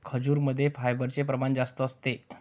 खजूरमध्ये फायबरचे प्रमाण जास्त असते